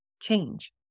change